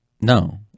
No